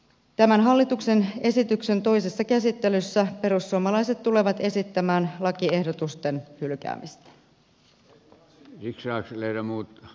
tämän hallituksen esityksen toisessa käsittelyssä perussuomalaiset tulevat esittämään lakiehdotusten hylkäämistä